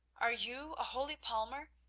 are you, a holy palmer,